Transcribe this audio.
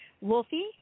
Wolfie